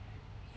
yup